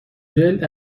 جلد